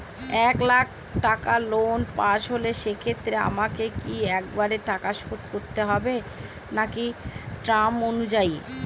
এক লাখ টাকা loan pass হল সেক্ষেত্রে আমাকে কি একবারে টাকা শোধ করতে হবে নাকি টার্ম অনুযায়ী?